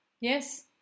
yes